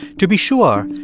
to be sure,